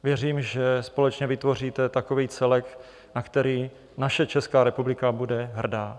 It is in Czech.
Věřím, že společně vytvoříte takový celek, na který naše Česká republika bude hrdá.